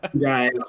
guys